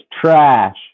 trash